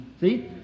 See